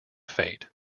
fate